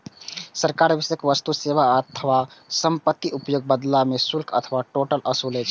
सरकार विशेष वस्तु, सेवा अथवा संपत्तिक उपयोगक बदला मे शुल्क अथवा टोल ओसूलै छै